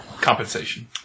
Compensation